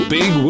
Big